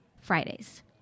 fridays